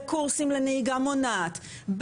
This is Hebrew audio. בקורסים לנהיגה מונעת,